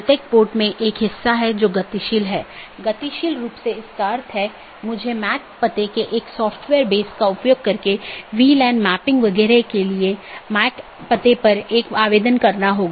BGP चयन एक महत्वपूर्ण चीज है BGP एक पाथ वेक्टर प्रोटोकॉल है जैसा हमने चर्चा की